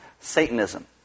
Satanism